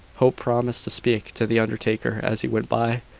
hope promised to speak to the undertaker as he went by.